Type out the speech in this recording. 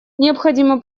необходимо